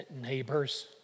neighbors